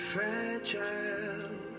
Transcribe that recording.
Fragile